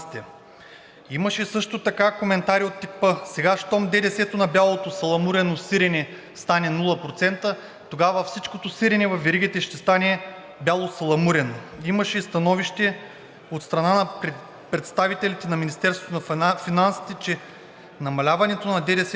Имаше също така коментари от типа: „Сега щом ДДС на бялото саламурено сирене стане 0%, тогава всичкото сирене във веригите ще стане бяло саламурено.“ Имаше и становище от страна на представителите на Министерството на финансите, че намаляването на ДДС